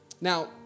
Now